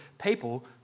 people